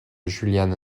julian